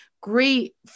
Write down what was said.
great